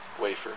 wafer